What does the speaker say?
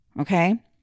Okay